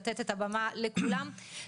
לתת את הבמה לכולם,